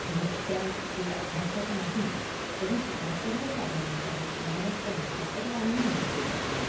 नृत्यांचे अभ्यासक नाही तरीसुद्धा सर्वसाधारणपणे महाराष्ट्र म्हंटलं तर लावणी म्हंटली जाते